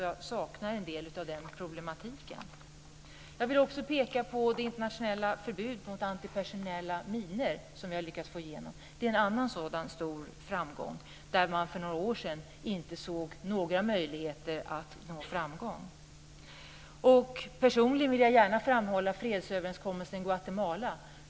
Jag saknar en del av den problematiken. Jag vill också peka på det internationella förbud mot antipersonella minor som vi har lyckats få igenom. Det är en annan stor framgång på ett område där man för några år sedan inte såg några möjligheter att nå framgång. Personligen vill jag gärna också framhålla fredsöverenskommelsen i Guatemala.